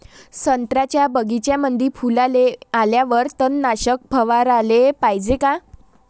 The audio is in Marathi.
संत्र्याच्या बगीच्यामंदी फुलाले आल्यावर तननाशक फवाराले पायजे का?